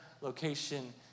location